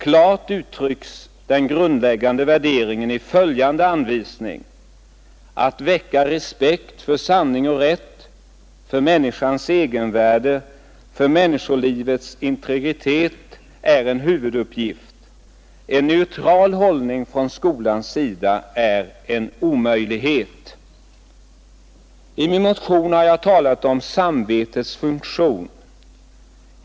Klart uttrycks den grundläggande värderingen i följande anvisning: ”Att väcka respekt för sanning och rätt, för människans egenvärde, för människolivets integritet är en huvuduppgift.” En neutral hållning från skolans sida är en omöjlighet. I min motion har jag talat om samvetets funktion.